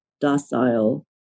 docile